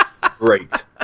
great